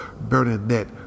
Bernadette